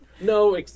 No